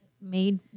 made